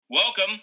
Welcome